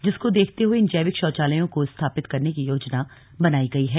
जिसको देखते हुए इन जैविक शौचालयों को स्थिापित करने की योजना बनायी गयी है